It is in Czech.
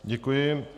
Děkuji.